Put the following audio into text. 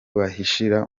bahishira